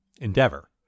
Endeavor